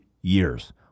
years